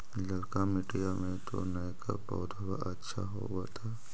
ललका मिटीया मे तो नयका पौधबा अच्छा होबत?